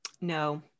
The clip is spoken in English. no